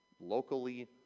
locally